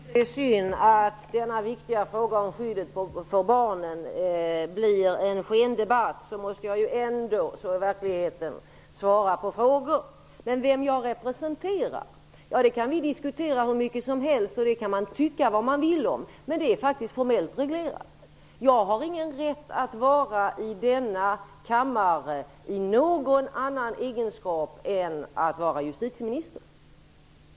Herr talman! Även om jag tycker att det är synd att denna viktiga fråga om skyddet för barnen blir en skendebatt, måste jag ju svara på frågor -- så är verkligheten. Vem jag representerar kan vi diskutera hur mycket som helst, och det kan man tycka vad man vill om. Men det är faktiskt formellt reglerat. Jag har ingen rätt att vara i denna kammare i någon annan egenskap än i egenskap av justitieminister.